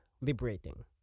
liberating